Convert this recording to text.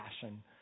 passion